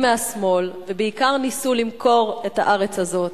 מהשמאל ובעיקר ניסו למכור את הארץ הזאת,